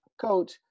Coach